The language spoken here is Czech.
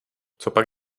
copak